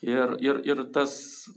ir ir ir tas